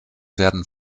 werden